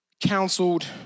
counseled